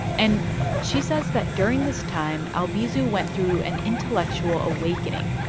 and she says that during this time, albizu went through an intellectual awakening,